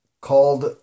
called